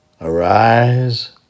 Arise